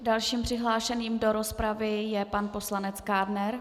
Dalším přihlášeným do rozpravy je pan poslanec Kádner.